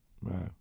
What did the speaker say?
Right